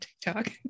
TikTok